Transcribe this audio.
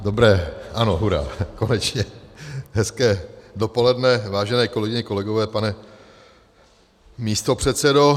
Dobré, ano hurá, konečně, hezké dopoledne, vážené kolegyně, kolegové, pane místopředsedo.